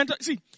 See